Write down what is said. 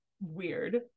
weird